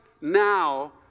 now